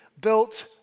built